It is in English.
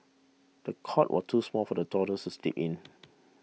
the cot was too small for the toddlers to sleep in